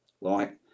right